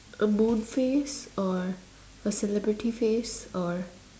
a moon face or a celebrity face or